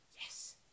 Yes